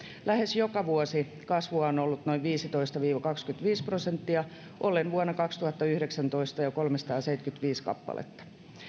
lähes joka vuosi kasvua on on ollut noin viisitoista viiva kaksikymmentäviisi prosenttia ollen vuonna kaksituhattayhdeksäntoista jo kolmesataaseitsemänkymmentäviisi kappaletta